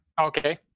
Okay